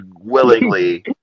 willingly